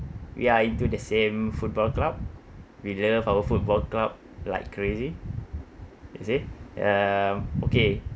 we are into the same football club we love our football club like crazy you see um okay